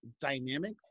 dynamics